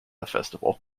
festival